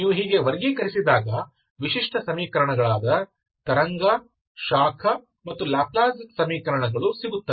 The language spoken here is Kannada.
ನೀವು ಹೀಗೆ ವರ್ಗೀಕರಿಸಿದಾಗ ವಿಶಿಷ್ಟ ಸಮೀಕರಣಗಳಾದ ತರಂಗ ಶಾಖ ಮತ್ತು ಲ್ಯಾಪ್ಲೇಸ್ ಸಮೀಕರಣಗಳು ಸಿಗುತ್ತವೆ